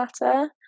matter